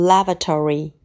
Lavatory